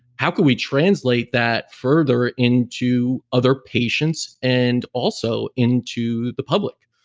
how could we translate that further into other patients and also into the public?